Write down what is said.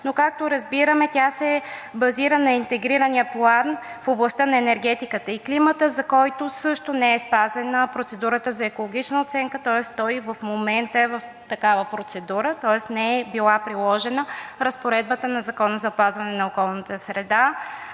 но както разбираме, тя се базира на Интегрирания план в областта на енергетиката и климата, за който също не е спазена процедурата за екологична оценка. Тоест той и в момента е в такава процедура, не е била приложена разпоредбата на Закона за опазване на околната среда